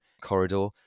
corridor